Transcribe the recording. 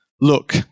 Look